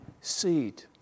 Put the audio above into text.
seed